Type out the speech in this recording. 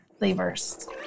levers